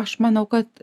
aš manau kad